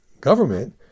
government